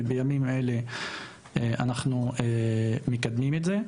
ובימים אלה אנחנו מקדמים את זה.